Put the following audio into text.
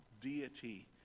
deity